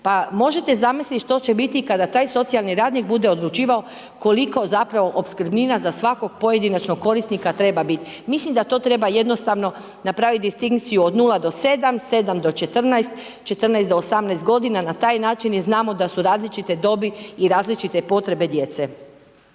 Pa možete zamisliti što će biti kada taj socijalni radnik bude odlučivao koliko zapravo opskrbnina za svakog pojedinačnog korisnika treba biti. Mislim da to treba jednostavno napraviti distinkciju od 0-7, 7-14, 14-18 godina, na taj način jer znamo da su različite dobi i različite potrebe djece.